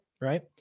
right